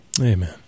Amen